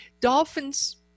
dolphins